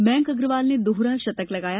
मयंक अग्रवाल ने दोहरा शतक लगाया